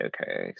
Okay